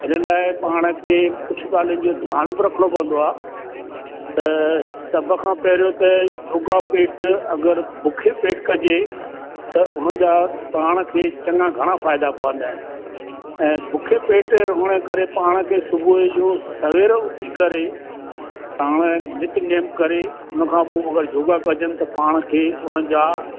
इन्हनि लाइ पाण खे कुझु ॻाल्हिन जो ध्यान बि रखिणो पवंदो आहे त सभ खां पहिरियों त योगा पेट अगरि बुखे पेट कजे त उन जा पाण खे चङा घणा फ़ाइदा पवंदा आहिनि ऐं बुखे पेट रहण जे करे पाण खे सुबूह जो सवेल उथी करे पाण नित नेम करे उन खां पोइ योगा कजनि त पाण खे उन जा